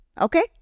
Okay